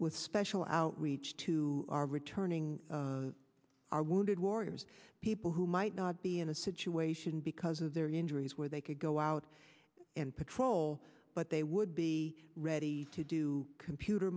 with special outreach to our returning our wounded warriors people who might not be in the situation because of their injuries where they could go out and patrol but they would be ready to do computer